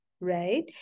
Right